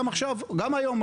גם היום,